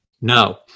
no